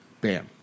bam